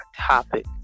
topic